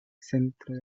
centro